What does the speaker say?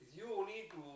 is you only to